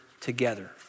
together